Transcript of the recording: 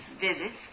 visits